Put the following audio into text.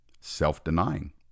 self-denying